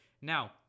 now